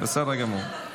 בסדר גמור.